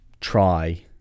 try